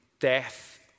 death